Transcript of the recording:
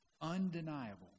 undeniable